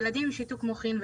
ילדים עם שיתוק מוחין,